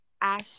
Ash